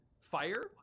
Fire